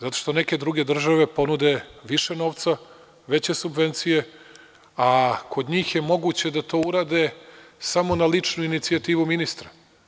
Zato što neke druge države ponude više novca, veće subvencije, a kod njih je moguće da to urade samo na ličnu inicijativu ministra.